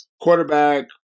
quarterback